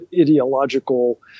ideological